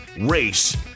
race